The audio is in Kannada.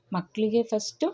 ಮಕ್ಕಳಿಗೆ ಫಸ್ಟು